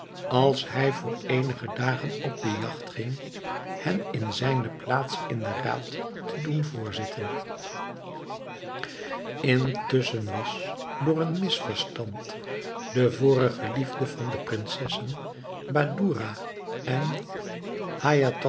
als hij voor eenige dagen op de jagt ging hen in zijne plaats in den raad te doen voorzitten intusschen was door een misverstand de vorige liefde van de prinsessen badoura en